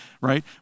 right